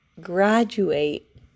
graduate